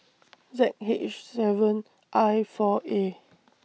Z H seven I four A